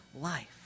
life